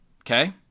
okay